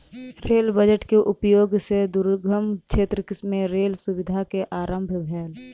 rail budget के उपयोग सॅ दुर्गम क्षेत्र मे रेल सुविधा के आरम्भ भेल